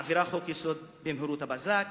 מעבירה חוק-יסוד במהירות הבזק,